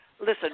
listen